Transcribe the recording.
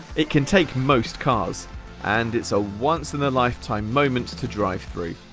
it can take most cars and it's a once-in-a-lifetime moment to drive through.